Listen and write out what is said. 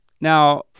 Now